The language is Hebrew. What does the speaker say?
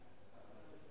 סעיפים 1